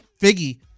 Figgy